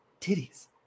Titties